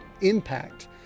impact